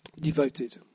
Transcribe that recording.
Devoted